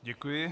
Děkuji.